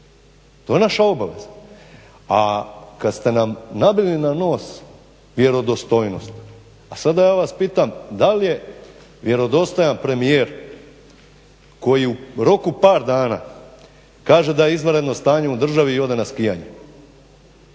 To je naša obaveza. A kad ste nam nabili na nos vjerodostojnost. A sad da ja vas pitam dal' je vjerodostojan premijer koji u roku od par dana kaže da je izvanredno stanje u državi i ode na skijanje.